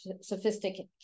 sophisticated